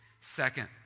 Second